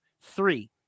Three